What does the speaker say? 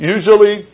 Usually